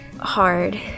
hard